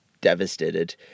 devastated